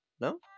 No